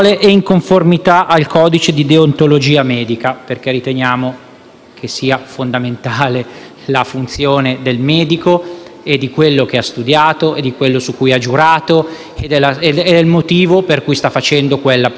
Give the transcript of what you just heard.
che sia fondamentale la funzione del medico, quello che ha studiato, quello su cui ha giurato, che è il motivo per cui sta facendo quella professione: il medico come strumento di vita e non strumento di morte.